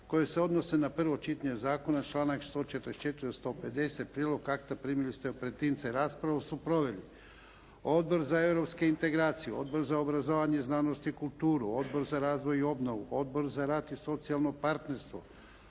koje se odnose na prvo čitanje zakona, članak 144. do 150. Prijedlog akta primili ste u pretince. Raspravu su proveli Odbor za europske integracije, Odbor za obrazovanje, znanost i kulturu, Odbor za razvoj i obnovu, Odbor za rad i socijalno partnerstvo,